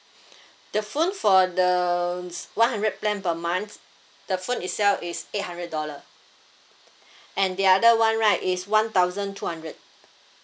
the phone for the's one hundred plan per months the phone itself is eight hundred dollar and the other one right is one thousand two hundred